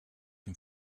dem